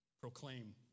proclaim